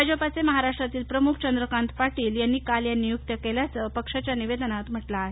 भाजपाचे महाराष्ट्रातील प्रमुख चंद्रकांत पार्शित यांनी काल या नियुक्त्या केल्याचंपक्षाच्या निवेदनात म्हा कें आहे